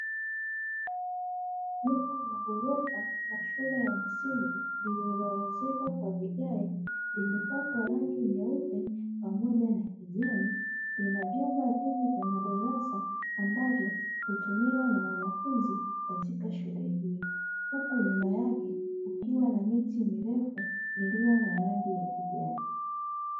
Jengo la gorofa la shule ya msingi lililoezekwa kwa vigae limepakwa rangi nyeupe pamoja na kijani, lina vyumba vingi vya darasa amabalo linatumiwa na wanafunzi katika shule hiyo; huku nyuma yake kukiwa na miti mirefu iliyo na rangi ya kijani.